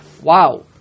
wow